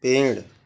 पेड़